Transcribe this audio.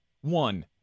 one